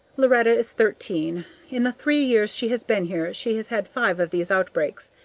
loretta is thirteen in the three years she has been here she has had five of these outbreaks,